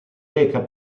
reca